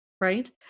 Right